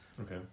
okay